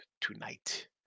tonight